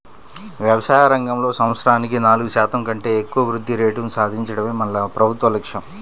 వ్యవసాయ రంగంలో సంవత్సరానికి నాలుగు శాతం కంటే ఎక్కువ వృద్ధి రేటును సాధించడమే మన ప్రభుత్వ లక్ష్యం